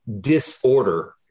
disorder